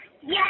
Yes